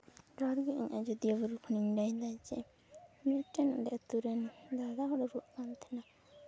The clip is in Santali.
ᱡᱚᱦᱟᱨᱜᱮ ᱤᱧ ᱟᱡᱳᱫᱤᱭᱟᱹ ᱵᱩᱨᱩ ᱠᱷᱚᱱᱧᱧ ᱞᱟᱹᱭᱫᱟᱹᱧ ᱞᱟᱹᱭᱫᱟ ᱡᱮ ᱢᱤᱫᱴᱮᱱ ᱟᱞᱮ ᱟᱛᱳ ᱨᱮᱱ ᱫᱟᱫᱟ ᱦᱚᱲᱮ ᱨᱩᱣᱟᱹᱜ ᱠᱟᱱ ᱛᱟᱦᱮᱱᱟ